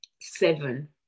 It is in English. seven